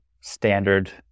standard